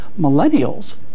Millennials